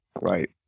Right